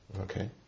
Okay